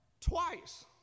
twice